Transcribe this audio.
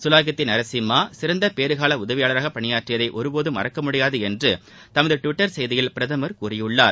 சுலாகித்தி நரசிம்மா சிறந்த பேறுகால உதவியாளராக பணியாற்றியதை ஒரு போதம் மறக்க முடியாது என்று தமது டிவிட்டரில் பிரதமர் கூறியிருக்கிறார்